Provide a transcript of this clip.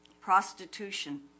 prostitution